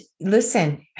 listen